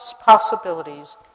possibilities